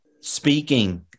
speaking